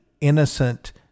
innocent